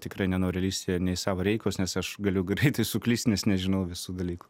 tikrai nenoriu lįsti ne į savo reikalus nes aš galiu greitai suklyst nes nežinau visų dalykų